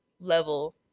level